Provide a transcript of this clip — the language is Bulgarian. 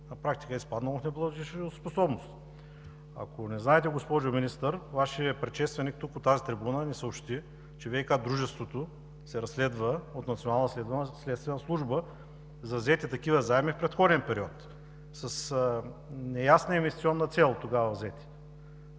на практика е изпаднало в неплатежоспособност. Ако не знаете, госпожо Министър, Вашият предшественик тук, от тази трибуна, ни съобщи, че ВиК дружеството се разследва от Националната следствена служба за взети такива заеми в предходен период, взети тогава с неясна инвестиционна цел. Ако не